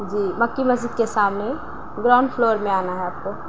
جی مکّی مسجد کے سامنے ground floor میں آنا ہے آپ کو